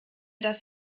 das